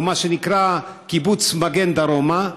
או מה שנקרא קיבוץ מגן דרומה,